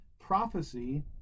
Prophecy